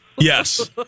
Yes